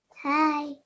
hi